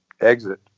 exit